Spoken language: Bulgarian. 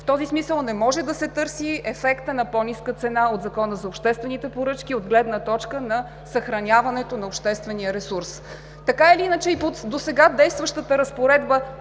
В този смисъл не може да се търси ефектът на по-ниска цена от Закона за обществените поръчки от гледна точка на съхраняването на обществения ресурс. Така или иначе и по досега действащата разпоредба